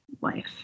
life